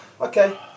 Okay